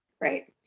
Right